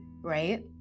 right